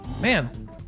Man